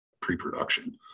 pre-production